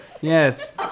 Yes